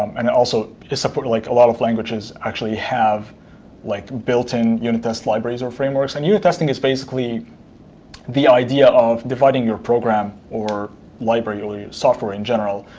um and it also is supported like a lot of languages actually have like built-in unit test libraries or frameworks. and unit testing is basically the idea of dividing your program or library, or your software in general,